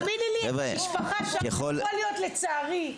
תאמיני לי, המשפחה שם, יכול להיות, לצערי.